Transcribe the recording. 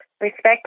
respect